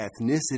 ethnicity